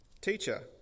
teacher